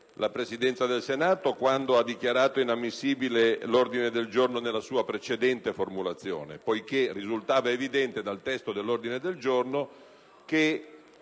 la Presidenza del Senato - quando ha dichiarato inammissibile l'ordine del giorno nella sua precedente formulazione, poiché risultava evidente che esso non